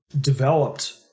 developed